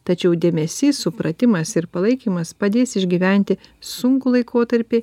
tačiau dėmesys supratimas ir palaikymas padės išgyventi sunkų laikotarpį